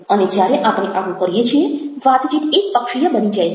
અને જ્યારે આપણે આવું કરીએ છીએ વાતચીત એકપક્ષીય બની જાય છે